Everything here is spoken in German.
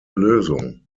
lösung